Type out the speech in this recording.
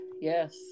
Yes